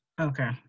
okay